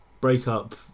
breakup